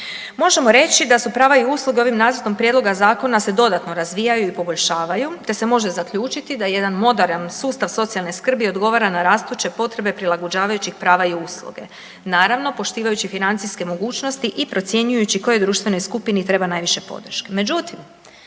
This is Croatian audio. Možemo reći da su prava i usluge ovim nacrtom prijedloga zakona se dodatno razvijaju i poboljšavaju te se može zaključiti da jedan moderan sustav socijalne skrbi odgovara na rastuće potreba prilagođavajućih prava i usluge, naravno poštivajući financijske mogućnosti i procjenjujući kojoj društvenoj skupini treba najviše podrške. Međutim,